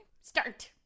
Start